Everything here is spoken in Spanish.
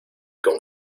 con